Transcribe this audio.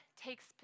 takes